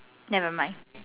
never mind